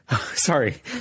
Sorry